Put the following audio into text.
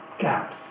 gaps